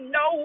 no